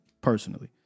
personally